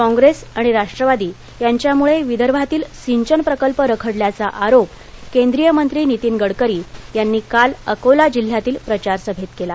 काँग्रेस आणि राष्ट्रवादी यांच्यामुळे विदर्भातील सिंचन प्रकल्प रखडल्याचा आरोप केंद्रीय मंत्री नितीन गडकरी यांनी काल अकोला जिल्ह्यातील प्रचारसभेत केला